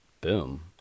Boom